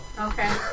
Okay